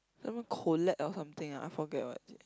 Something Colate or something ah I forget what is it